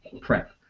prep